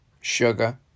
Sugar